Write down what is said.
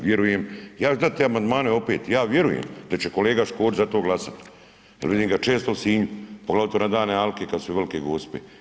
Vjerujem, ja ću dati amandmane opet, ja vjerujem da će kolega Škorić za to glasati jer vidim ga često u Sinju, poglavito na dane Alke kad su Velike Gospe.